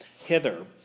hither